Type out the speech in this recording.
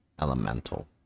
elemental